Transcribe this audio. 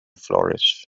flourish